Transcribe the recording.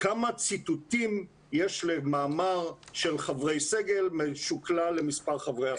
כמה ציטוטים יש למאמר של חברי סגל משוקלל למספר חברי הסגל.